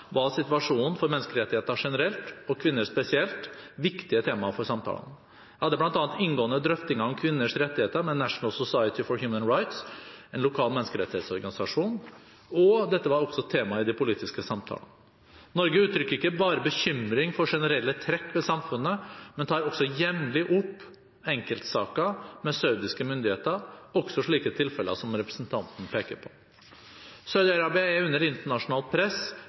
var situasjonen for menneskerettigheter generelt, og kvinner spesielt, viktige temaer for samtalene. Jeg hadde bl.a. inngående drøftinger om kvinners rettigheter med National Society for Human Rights, en lokal menneskerettighetsorganisasjon. Dette var også tema i de politiske samtalene. Norge uttrykker ikke bare bekymring for generelle trekk ved samfunnet, men tar også jevnlig opp enkeltsaker med saudiske myndigheter – også slike tilfeller som representanten peker på. Saudi-Arabia er under internasjonalt press